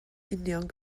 union